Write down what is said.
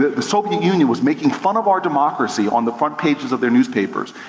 the soviet union was making fun of our democracy on the front pages of their newspapers.